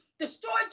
destroyed